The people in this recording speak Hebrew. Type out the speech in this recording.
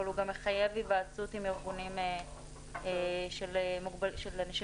אבל הוא גם מחייב היוועצות עם ארגונים של אנשים